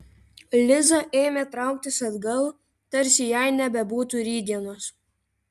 liza ėmė trauktis atgal tarsi jai nebebūtų rytdienos